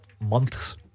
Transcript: months